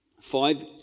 five